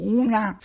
una